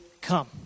come